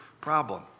problem